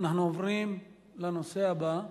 אנחנו עוברים לנושא הבא.